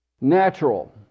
natural